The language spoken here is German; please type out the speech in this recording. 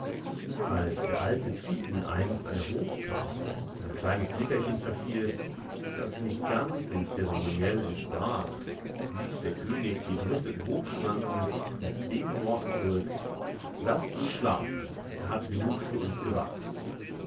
als der alte ziethen einst an der hoftafel in ein kleines nickerchen verfiel das nicht ganz dem zeremoniell entsprach wies der könig die entrüsteten hofschranzen mit den worten zurück laßt ihn schlafen er hat genug für uns gewacht